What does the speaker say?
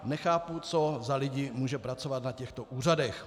Nechápu, co za lidi může pracovat na těchto úřadech.